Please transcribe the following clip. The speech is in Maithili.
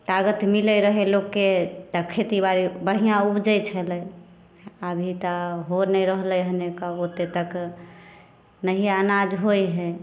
तागत मिलै रहै लोक के तऽ खेतीबाड़ी बढ़िआँ उपजै छलै अभी तऽ हो नहि रहलै हन कऽ ओते तक नहिए अनाज होइ हइ